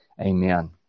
amen